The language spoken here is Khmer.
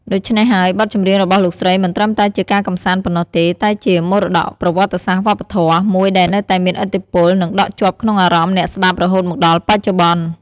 ដូច្នេះហើយ បទចម្រៀងរបស់លោកស្រីមិនត្រឹមតែជាការកម្សាន្តប៉ុណ្ណោះទេ តែជា មរតកប្រវត្តិសាស្ត្រវប្បធម៌ មួយដែលនៅតែមានឥទ្ធិពល និងដក់ជាប់ក្នុងអារម្មណ៍អ្នកស្តាប់រហូតមកដល់បច្ចុប្បន្ន។